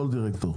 מה שנקרא,